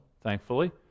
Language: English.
thankfully